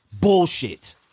Bullshit